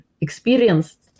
experienced